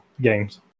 games